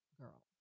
girl